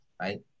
right